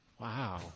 Wow